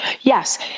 yes